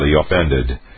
offended